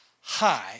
Hi